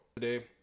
Today